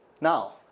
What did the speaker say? Now